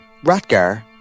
Ratgar